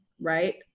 right